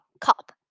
cup